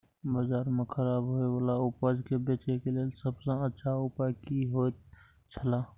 बाजार में खराब होय वाला उपज के बेचे के लेल सब सॉ अच्छा उपाय की होयत छला?